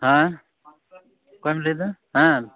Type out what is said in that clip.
ᱦᱮᱸ ᱚᱠᱚᱭᱮᱢ ᱞᱟᱹᱭᱮᱫᱟ ᱦᱮᱸ